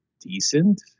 decent